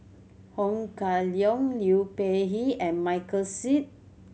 Ho Kah Leong Liu Peihe and Michael Seet